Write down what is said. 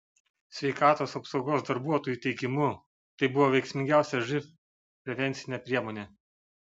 sveikatos apsaugos darbuotojų teigimu tai buvo veiksmingiausia živ prevencinė priemonė